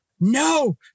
no